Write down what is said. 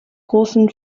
großen